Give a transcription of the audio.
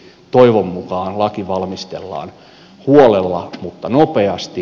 toivon mukaan laki valmistellaan huolella mutta nopeasti